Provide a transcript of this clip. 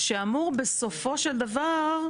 שאמור בסופו של דבר.